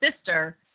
sister